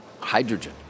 Hydrogen